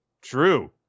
true